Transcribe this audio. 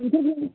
बोथोरफ्राबो